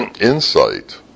insight